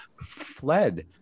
fled